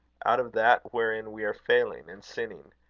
out of that wherein we are failing and sinning.